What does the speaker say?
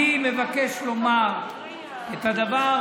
זה לא רק, גפני, אני מבין את טיבי מצוין.